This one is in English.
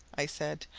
i said.